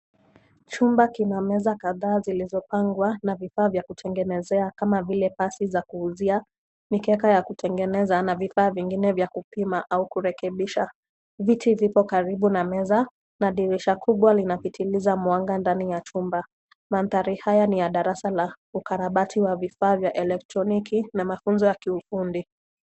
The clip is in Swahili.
Chumba kina meza kadhaa zilizopangwa na vifaa vya kutengenezea, kama vile pasi za kuuzia, mikeka ya kutengeneza na vifaa vingine vya kupima au kurekebisha. Viti vipo karibu na meza na dirisha kubwa linapitiliza mwanga ndani ya chumba. Mandhari haya ni ya darasa la ukarabati wa vifaa vya elekroniki na mafunzo ya kiufundi.